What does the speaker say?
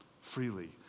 freely